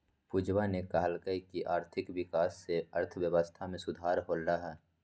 पूजावा ने कहल कई की आर्थिक विकास से अर्थव्यवस्था में सुधार होलय है